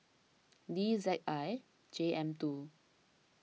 D Z I J M two